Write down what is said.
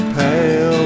pale